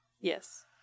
Yes